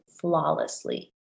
flawlessly